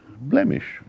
blemish